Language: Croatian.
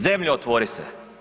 Zemljo, otvori se.